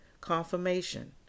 confirmation